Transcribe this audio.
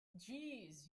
jeez